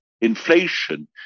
inflation